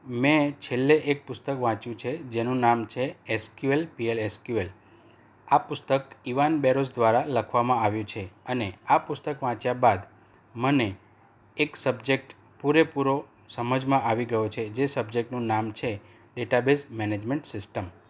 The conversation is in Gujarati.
મેં છેલ્લે એક પુસ્તક વાંચ્યું છે જેનું નામ છે એસક્યુએલ પીએલ એસક્યુએલ આ પુસ્તક ઈવાન બેરોજ દ્વારા લખવામાં આવ્યું છે અને આ પુસ્તક વાંચ્યા બાદ મને એક સબ્જેક્ટ પૂરે પૂરો સમજમાં આવી ગયો છે જે સબ્જેક્ટનું નામ છે ડેટાબેઝ મેનેજમેન્ટ સિસ્ટમ